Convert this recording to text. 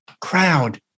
crowd